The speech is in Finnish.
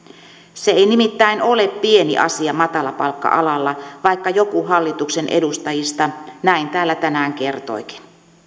se ei nimittäin ole pieni asia matalapalkka alalla vaikka joku hallituksen edustajista näin täällä tänään kertoikin